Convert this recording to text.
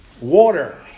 water